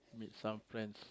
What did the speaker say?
meet some friends